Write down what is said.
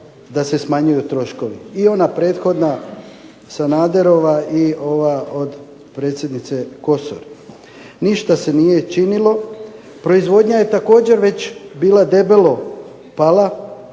da se smanje troškovi i ona prethodna Sanaderova i ova od predsjednice Kosor? Ništa se nije činilo. Proizvodnja je također bila već debelo pala.